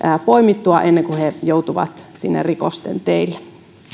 poimittua ennen kuin he joutuvat sinne rikosten teille